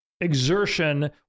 exertion